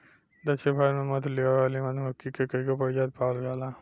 दक्षिण भारत में मधु लियावे वाली मधुमक्खी के कईगो प्रजाति पावल जाला